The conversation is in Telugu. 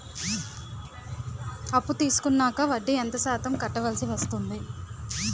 అప్పు తీసుకున్నాక వడ్డీ ఎంత శాతం కట్టవల్సి వస్తుంది?